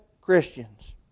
Christians